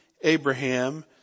Abraham